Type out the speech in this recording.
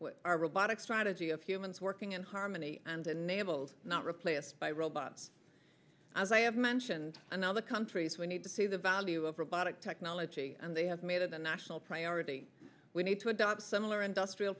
with our robotic strategy of humans working in harmony and enabled not replaced by robots as i have mentioned and all the countries we need to see the value of robotic technology and they have made it a national priority we need to adopt similar industrial